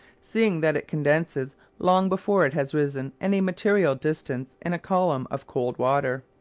seeing that it condenses long before it has risen any material distance in a column of cold water.